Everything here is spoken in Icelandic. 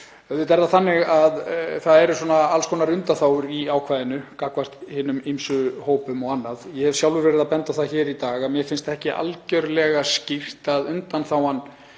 Auðvitað er það þannig að það eru alls konar undanþágur í ákvæðinu gagnvart hinum ýmsu hópum. Ég hef sjálfur verið að benda á hér í dag að mér finnst ekki algerlega skýrt að undanþágan